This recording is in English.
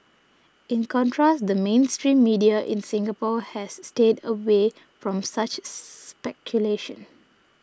in contrast the mainstream media in Singapore has stayed away from such speculation